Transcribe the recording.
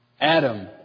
Adam